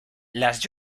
las